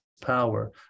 power